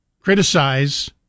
criticize